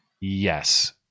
yes